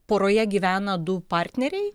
poroje gyvena du partneriai